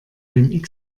dem